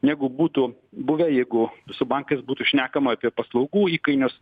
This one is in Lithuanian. negu būtų buvę jeigu su bankais būtų šnekama apie paslaugų įkainius